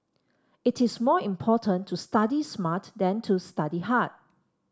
it is more important to study smart than to study hard